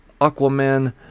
Aquaman